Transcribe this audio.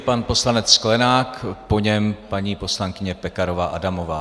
Pan poslanec Sklenák, po něm paní poslankyně Pekarová Adamová.